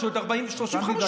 יש לי עוד 35 שניות.